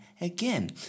Again